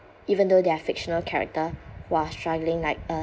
even though their fictional character who are struggling like